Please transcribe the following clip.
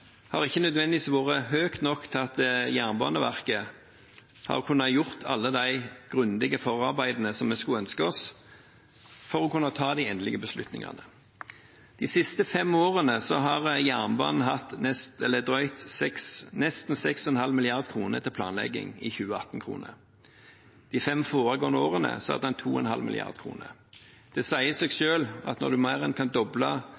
har vært, har ikke nødvendigvis vært høyt nok til at Jernbaneverket har kunnet gjøre alle de grundige forarbeidene som vi skulle ønske oss for å kunne ta de endelige beslutningene. De siste fem årene har jernbanen hatt nesten 6,5 mrd. 2018-kroner til planlegging. De fem foregående årene hadde en 2,5 mrd. kr. Det sier seg selv at når man kan mer enn doble